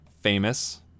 famous